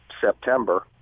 September